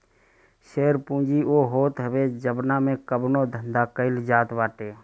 share पूंजी उ होत हवे जवना से कवनो धंधा कईल जात बाटे